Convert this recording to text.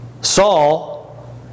Saul